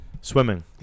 Swimming